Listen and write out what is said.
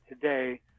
today